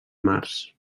març